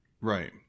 Right